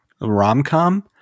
rom-com